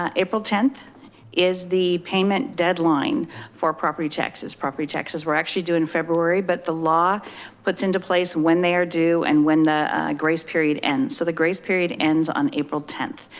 ah april tenth is the payment deadline for property taxes. property taxes we're actually doing in february but the law puts into place when they are due and when the grace period end. so the grace period ends on april tenth.